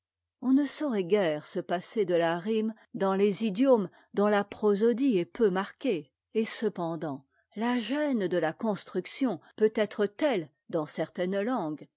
on ne saurait guère se passer de la rime dans les idiomes dont la prosodie est peu marquée et cependant la gêne de la construction peut être telle dans certaines langues